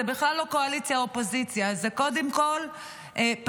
זה בכלל לא קואליציה אופוזיציה,